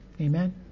Amen